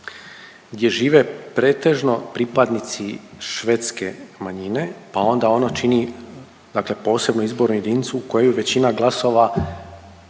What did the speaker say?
gdje žive pretežno pripadnici švedske manjine, pa onda ono čini dakle posebnu izbornu jedinicu koju većina glasova,